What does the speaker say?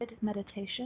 meditation